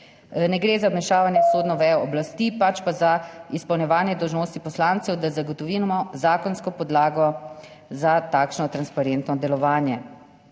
Ne gre za vmešavanje v sodno vejo oblasti, pač pa za izpolnjevanje dolžnosti poslancev, da zagotovimo zakonsko podlago za takšno transparentno delovanje.